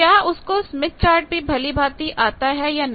क्या उसको Smith chart भी भलीभांति आता हैया नहीं